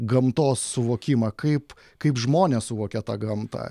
gamtos suvokimą kaip kaip žmonės suvokia tą gamtą